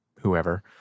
whoever